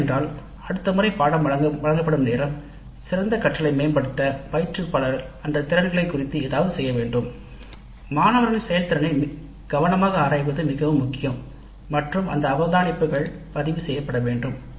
ஏனென்றால் அடுத்த முறை பாடநெறி வழங்கப்படும் நேரம் சிறந்த கற்றலை மேம்படுத்த பயிற்றுவிப்பாளர் ஏதாவது செய்ய வேண்டும் மாணவர்களின் செயல்திறனை கவனமாக ஆராய்வது மிகவும் முக்கியம் அவதானிப்புகள் பதிவு செய்யப்பட்டுள்ளன